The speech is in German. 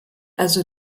also